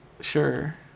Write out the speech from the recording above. Sure